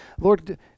Lord